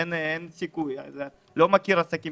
אני לא מכיר עסקים